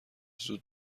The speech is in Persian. زود